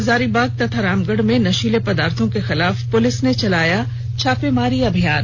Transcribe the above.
हजारीबाग और रामगढ़ में नशीले पदार्थों के खिलाफ पुलिस ने चलाया छापेमारी अभियान